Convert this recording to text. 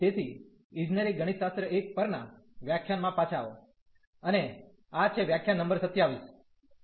તેથી ઇજનેરી ગણિતશાસ્ત્ર 1 પરના વ્યાખ્યાન માં પાછા આવો અને આ છે વ્યાખ્યાન નંબર 27